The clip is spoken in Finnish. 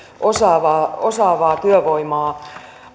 osaavaa osaavaa työvoimaa